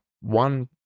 one